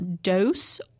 dose